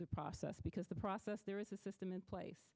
the process because the process there is a system in place